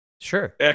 Sure